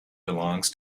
belongs